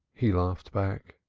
he laughed back.